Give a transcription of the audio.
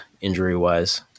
injury-wise